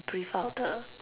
breathe out the thing